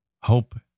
hope